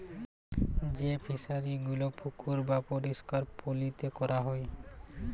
যেই ফিশারি গুলো পুকুর বাপরিষ্কার পালিতে ক্যরা হ্যয়